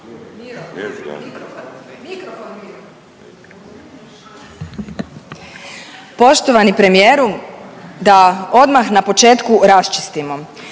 Poštovani premijeru da odmah na početku raščistimo,